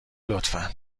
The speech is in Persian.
لطفا